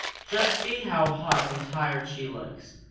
just see how hot and tired she looks.